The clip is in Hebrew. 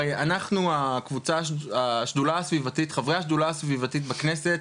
הרי אנחנו חברי השדולה הסביבתית בכנסת,